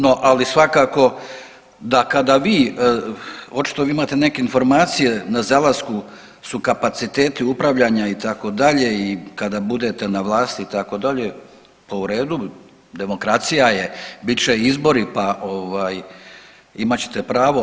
No, ali svakako da kada vi, očito vi imate neke informacije na zalasku su kapaciteti upravljanja itd. i kada budete na vlasti itd. pa u redu, demokracija je, bit će i izbori pa imat ćete pravo.